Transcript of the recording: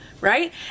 right